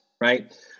right